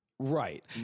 Right